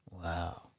Wow